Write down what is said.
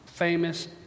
famous